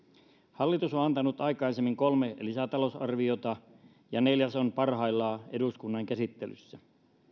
hallitus on antanut aikaisemmin kolme lisätalousarviota ja neljäs on parhaillaan eduskunnan käsittelyssä